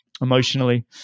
emotionally